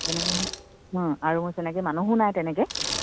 আৰু মোৰ তেনেকে মানুহো নাই তেনেকে